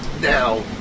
now